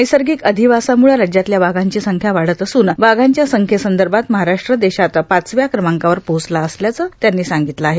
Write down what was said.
नैसर्गिक अधिवासामुळे राज्यातल्या वाघांची संख्या वाढत असून वाघांच्या संख्येसंदर्भात महाराष्ट्र देशात पाचव्या क्रमांकावर पोहोचला असल्याचं त्यांनी सांगितलं आहे